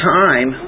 time